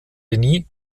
denis